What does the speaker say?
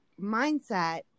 mindset